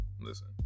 Listen